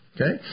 Okay